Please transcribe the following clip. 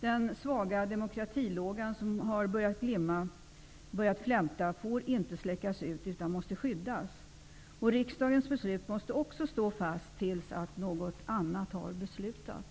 Den svaga demokratilåga som har börjat glimma och flämta får inte släckas ut. Den måste skyddas. Riksdagens beslut måste också stå fast till dess att något annat har beslutats.